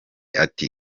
ati